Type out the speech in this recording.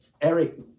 Eric